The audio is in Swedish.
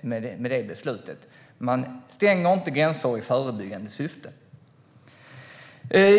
med beslutet. Man stänger inte gränser i förebyggande syfte.